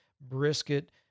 brisket